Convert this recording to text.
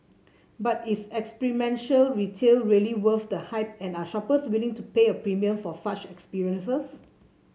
but is experiential retail really worth the hype and are shoppers willing to pay a premium for such experiences